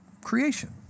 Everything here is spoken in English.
creation